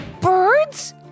Birds